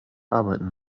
arbeiten